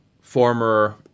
former